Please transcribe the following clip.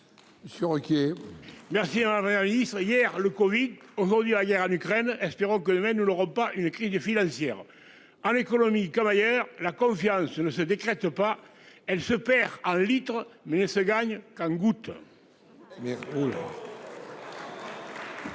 Sur OK. Merci hein. Hier le Covid aujourd'hui la guerre en Ukraine. Espérons que le mais nous l'aurons pas une crise financière. À l'économie comme ailleurs, la confiance ne se décrète pas, elle se perd en litres mais ne se gagne quand goutte. La